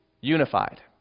unified